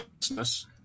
business